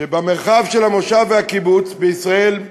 שבמרחב של המושב והקיבוץ בישראל,